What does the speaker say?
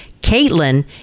Caitlin